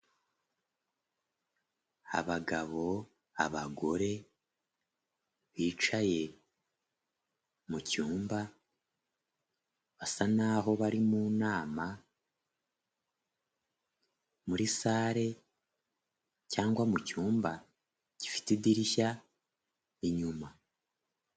Abagabo, abagore bicaye mucyumba basa naho bari mu nama muri sale cyangwa mu cyumba gifite idirishya inyuma.